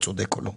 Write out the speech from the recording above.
צודק או לא.